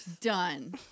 done